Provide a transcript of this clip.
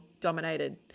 dominated